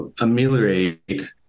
ameliorate